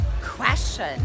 question